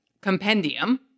compendium